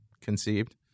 conceived